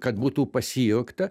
kad būtų pasijuokta